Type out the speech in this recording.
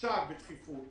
עכשיו בדחיפות